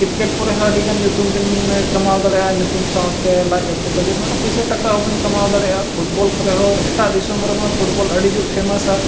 cricket ᱠᱚᱨᱮ ᱦᱚᱸ ᱟᱹᱰᱤ ᱜᱟᱱ ᱧᱩᱛᱩᱢ ᱵᱤᱱ ᱠᱟᱢᱟᱣ ᱫᱟᱲᱮᱭᱟᱜᱼᱟ ᱧᱩᱛᱩᱢ ᱥᱟᱶᱛᱮ ᱞᱟᱡ ᱟᱹᱥᱩᱞ ᱞᱟᱹᱜᱤᱫ ᱢᱟᱱᱮ ᱯᱚᱭᱥᱟ ᱴᱟᱠᱟ ᱦᱚᱸᱵᱤᱱ ᱠᱟᱢᱟᱣ ᱫᱟᱲᱮᱭᱟᱜᱼᱟ ᱯᱷᱩᱴᱵᱚᱞ ᱠᱚᱨᱮ ᱦᱚᱸ ᱮᱴᱟᱜ ᱫᱤᱥᱚᱢ ᱨᱮᱢᱟ ᱯᱷᱩᱴᱵᱚᱞ ᱟᱹᱰᱤ ᱡᱳᱨ ᱯᱷᱮᱢᱟᱥᱟ